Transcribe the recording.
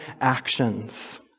actions